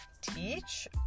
teach